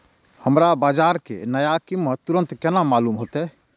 हमरा बाजार के नया कीमत तुरंत केना मालूम होते?